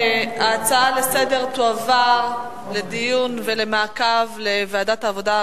ההצעה לסדר-היום תועבר לדיון ולמעקב לוועדת העבודה,